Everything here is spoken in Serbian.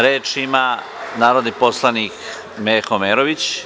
Reč ima narodni poslanik Meho Omerović.